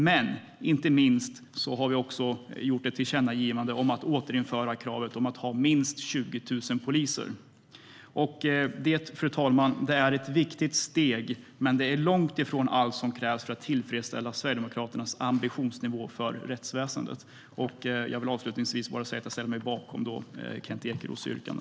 Men inte minst gör vi ett tillkännagivande om att man ska återinföra kravet på att ha minst 20 000 poliser. Det, fru talman, är ett viktigt steg, men det är långt ifrån allt som krävs för att tillfredsställa Sverigedemokraternas ambitionsnivå för rättsväsendet. Avslutningsvis ställer jag mig bakom Kent Ekeroths yrkande.